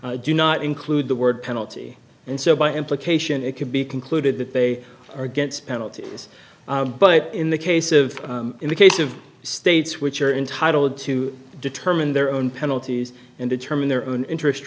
do not include the word penalty and so by implication it could be concluded that they are against penalties but in the case of in the case of states which are entitled to determine their own penalties and determine their own interest